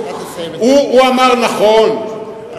הוא אמר נכון,